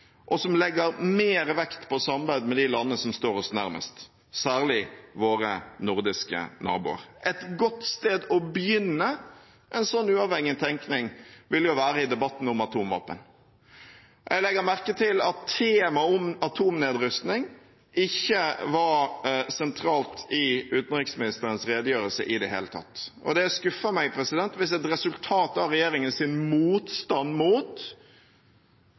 og som legger mer vekt på samarbeid med de landene som står oss nærmest, særlig våre nordiske naboer. Et godt sted å begynne en slik uavhengig tenkning ville være i debatten om atomvåpen. Jeg legger merke til at temaet atomnedrustning ikke var sentralt i utenriksministerens redegjørelse i det hele tatt. Det skuffer meg hvis et resultat av regjeringens motstand mot